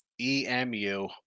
EMU